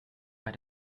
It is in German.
bei